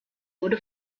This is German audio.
wurde